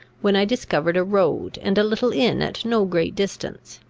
when i discovered a road and a little inn at no great distance.